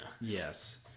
Yes